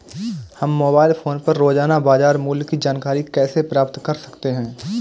हम mobile phone पर रोजाना बाजार मूल्य की जानकारी कैसे प्राप्त कर सकते हैं?